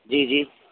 जी जी